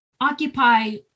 Occupy